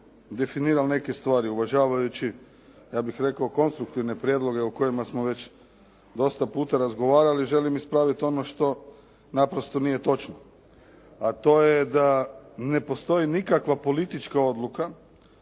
definirao neke stvari uvažavajući, ja bih rekao konstruktivne prijedloge o kojima smo već dosta puta razgovarali. Želim ispraviti ono što naprosto nije točno, a to je da ne postoji nikakva politička odluka